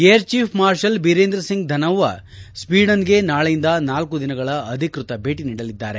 air chief marshal Birender Singh Dhanoa Sweden ಗೆ ನಾಳೆಯಿಂದ ನಾಲ್ನು ದಿನಗಳ ಅಧಿಕೃತ ಭೇಟಿ ನೀಡಲಿದ್ದಾರೆ